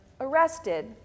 arrested